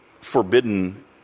forbidden